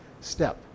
step